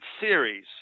series